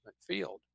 field